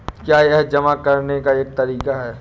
क्या यह जमा करने का एक तरीका है?